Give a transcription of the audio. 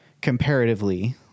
comparatively